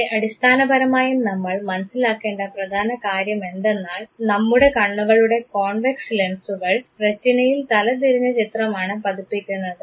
ഇവിടെ അടിസ്ഥാനപരമായും നമ്മൾ മനസ്സിലാക്കേണ്ട പ്രധാന കാര്യമെന്തെന്നാൽ നമ്മുടെ കണ്ണുകളുടെ കോൺവെക്സ് ലെൻസുകൾ റെറ്റിനയിൽ തലതിരിഞ്ഞ ചിത്രമാണ് പതിപ്പിക്കുന്നത്